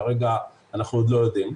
כרגע אנחנו עוד לא יודעים.